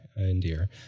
endear